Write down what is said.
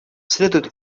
следует